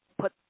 put